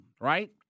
right